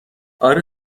آره